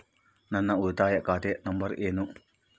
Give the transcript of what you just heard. ನನ್ನ ಉಳಿತಾಯ ಖಾತೆ ನಂಬರ್ ಏನು?